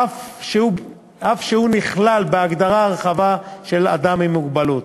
אף שהוא נכלל בהגדרה הרחבה של אדם עם מוגבלות.